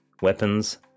weapons